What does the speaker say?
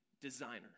designer